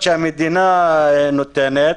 שהמדינה נותנת.